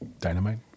Dynamite